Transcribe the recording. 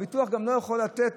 הביטוח לא יכול לתת